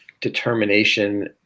determination